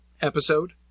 episode